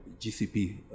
GCP